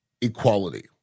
equality